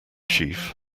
chief